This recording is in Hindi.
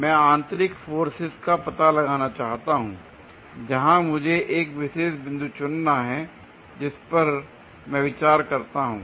मैं आंतरिक फोर्सेज का पता लगाना चाहता हूंl जहां मुझे एक विशेष बिंदु चुनना है जिस पर मैं विचार करता हूं